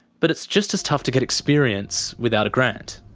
but it's just as tough to get experience without a grant.